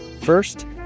First